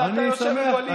ואתה יושב עם ווליד טאהא.